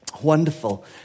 Wonderful